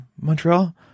Montreal